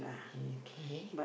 okay